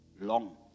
long